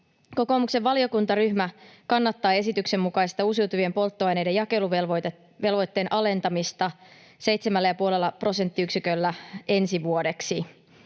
Kokoomuksen valiokuntaryhmä kannattaa esityksen mukaista uusiutuvien polttoaineiden jakeluvelvoitteen alentamista 7,5 prosenttiyksiköllä ensi vuodeksi,